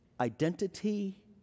identity